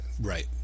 Right